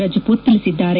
ರಜಪೂತ್ ತಿಳಿಸಿದ್ದಾರೆ